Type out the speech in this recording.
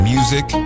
Music